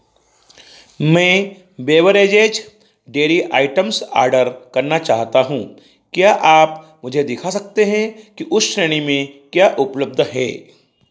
मैं beverages dairy items order करना चाहता हूँ क्या आप मुझे दिखा सकते हैं कि उस श्रेणी में क्या उपलब्ध है